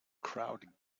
crowd